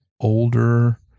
older